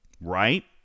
right